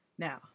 Now